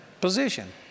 position